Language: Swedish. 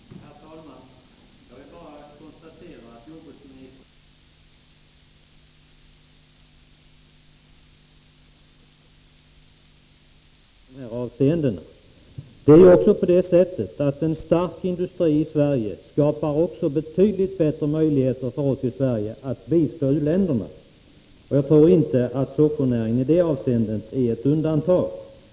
Herr talman! Jag vill bara konstatera att jordbruksministern inte känner till den oro som många ute i landet hyser i de här avseendena. Det är också på det sättet att en stark industri i Sverige skapar betydligt bättre möjligheter för oss att bistå u-länderna. Jag tror inte att sockernäringen i det avseendet är ett undantag.